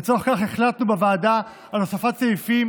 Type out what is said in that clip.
לצורך זה החלטנו בוועדה על הוספת סעיפים